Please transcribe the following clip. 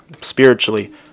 spiritually